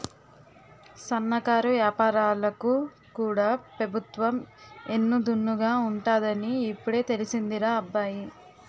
సన్నకారు ఏపారాలకు కూడా పెబుత్వం ఎన్ను దన్నుగా ఉంటాదని ఇప్పుడే తెలిసిందిరా అబ్బాయి